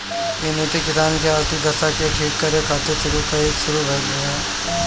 इ नीति किसान के आर्थिक दशा के ठीक करे खातिर शुरू भइल रहे